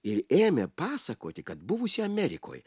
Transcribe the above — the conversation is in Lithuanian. ir ėmė pasakoti kad buvusi amerikoj